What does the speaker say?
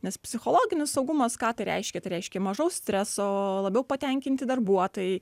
nes psichologinis saugumas ką tai reiškia tai reiškia mažau streso labiau patenkinti darbuotojai